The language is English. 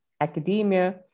academia